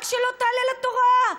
רק שלא תעלה לתורה.